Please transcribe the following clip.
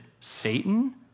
Satan